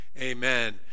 Amen